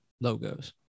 Logos